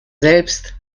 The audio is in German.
selbst